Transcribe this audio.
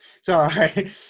Sorry